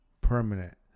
permanent